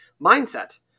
mindset